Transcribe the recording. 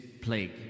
plague